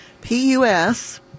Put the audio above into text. P-U-S